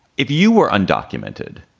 if you were undocumented.